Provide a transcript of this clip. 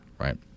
right